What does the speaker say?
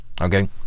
Okay